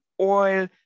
oil